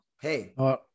Hey